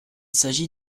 s’agit